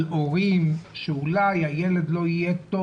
על הורים שאולי הילד לא יהיה טוב,